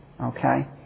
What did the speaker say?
Okay